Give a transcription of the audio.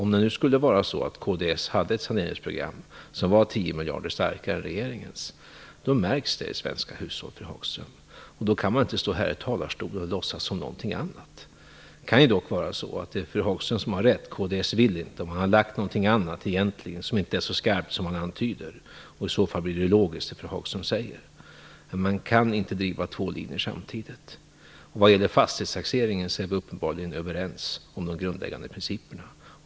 Om det skulle vara så att kds hade ett saneringsprogram som var 10 miljarder starkare än regeringens märks det i svenska hushåll, fru Hagström. Då kan man inte stå här i talarstolen och låtsas som någonting annat. Det kan ju vara så att det är fru Hagström som har rätt. Kds vill inte. De har egentligen lagt fram något annat förslag som inte är så skarpt som man antyder. I så fall blir det fru Hagström säger logiskt. Men man kan inte driva två linjer samtidigt. När det gäller fastighetstaxeringen är vi uppenbarligen överens om de grundläggande principerna.